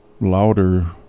louder